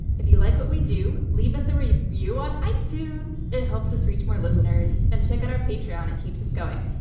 if you like what we do, leave us a review on itunes, it helps us reach more listeners. and check out our patreon, it keeps us going.